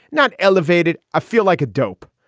not elevated. i feel like a dope.